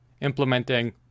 implementing